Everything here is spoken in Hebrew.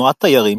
תנועת תיירים,